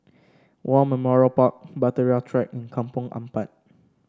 War Memorial Park Bahtera Track and Kampong Ampat